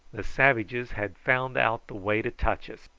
the savages had found out the way to touch us,